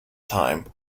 time